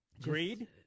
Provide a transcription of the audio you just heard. Greed